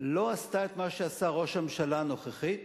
לא עשתה את מה שעשה ראש הממשלה הנוכחי,